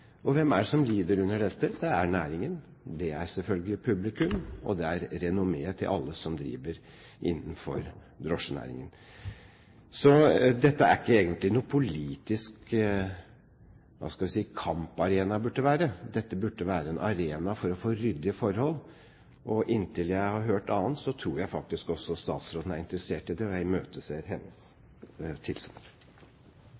Hvem er det som lider under dette? Det er næringen, det er selvfølgelig publikum, og det er renommeet til alle som driver innenfor drosjenæringen. Dette burde egentlig ikke være en politisk kamparena. Dette burde være en arena for å få ryddige forhold, og inntil jeg har hørt annet, tror jeg faktisk også statsråden er interessert i det. Jeg imøteser hennes